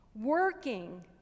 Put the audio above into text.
Working